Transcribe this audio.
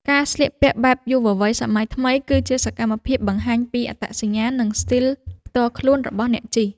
ការស្លៀកពាក់បែបយុវវ័យសម័យថ្មី គឺជាសកម្មភាពបង្ហាញពីអត្តសញ្ញាណ និងស្ទីលផ្ទាល់ខ្លួនរបស់អ្នកជិះ។